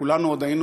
כולנו עוד היינו